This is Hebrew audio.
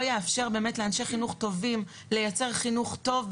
יאפשר לאנשי חינוך טובים לייצר חינוך טוב,